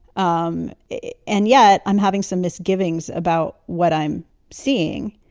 um and yet i'm having some misgivings about what i'm seeing.